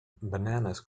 bananas